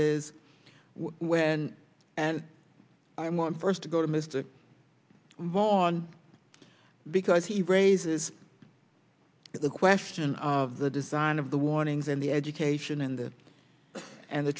when and i'm going first to go to mr vaughan because he raises the question of the design of the warnings and the education and the and the